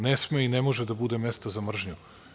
Ne sme i ne može da bude mesta za mržnju.